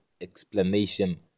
explanation